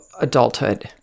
adulthood